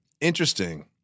Interesting